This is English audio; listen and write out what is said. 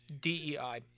DEI